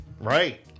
Right